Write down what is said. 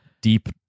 deep